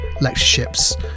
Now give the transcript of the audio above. lectureships